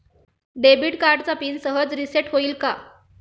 Debit कार्डचा PIN सहज reset होईल का?